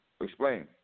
Explain